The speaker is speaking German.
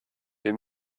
wir